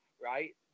right